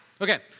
Okay